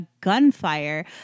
gunfire